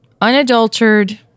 Unadulterated